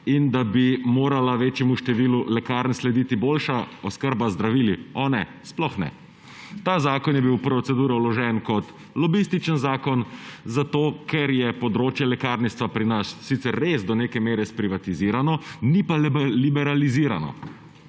in da bi morala večjemu številu lekarn slediti boljša oskrba z zdravili. O ne, sploh ne. Ta zakon je bil v proceduro vložen kot lobističen zakon, zato ker je področje lekarništva pri nas sicer res do neke mere sprivatizirano, ni pa liberalizirano.